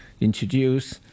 introduce